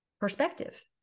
perspective